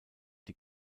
die